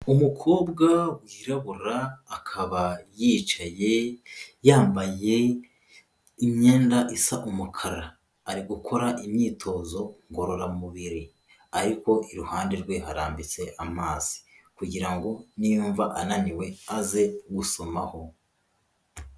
Umukobwa wirabura, akaba yicaye, yambaye imyenda isa umukara, ari gukora imyitozo ngororamubiri ariko iruhande rwe harambitse amazi kugira ngo niyumva ananiwe aze gusomaho.